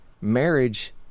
marriage